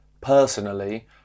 personally